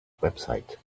website